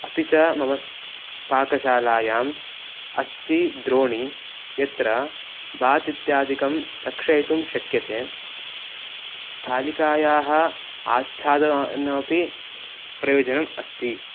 अपि च मम स् पाकशालायाम् अस्ति द्रोणी यत्र बात् इत्यादिकं रक्षयितुं शक्यते स्थालिकायाः आच्छादनमपि प्रयोजनम् अस्ति